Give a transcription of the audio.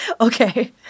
Okay